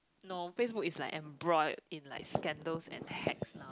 no Facebook is like embroiled in like scandals and hacks lah